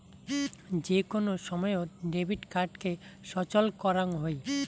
যে কোন সময়ত ডেবিট কার্ডকে সচল করাং হই